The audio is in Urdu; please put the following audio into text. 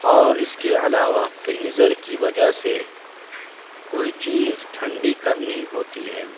اور اس کے علاوہ فریزر کی وجہ سے کوئی چیز ٹھنڈی کرنی ہوتی ہے